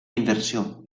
inversió